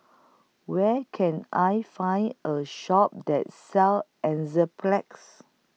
Where Can I Find A Shop that sells Enzyplex